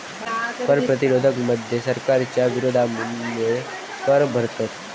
कर प्रतिरोध मध्ये सरकारच्या विरोधामुळे कर भरतत